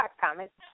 comments